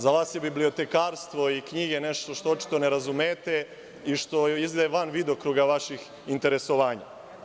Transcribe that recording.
Za vas je bibliotekarstvo i knjige nešto što očito ne razumete i što je izvan videokruga vašeg interesovanja.